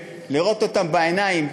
לראות אותם בעיניים,